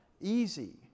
easy